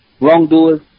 wrongdoers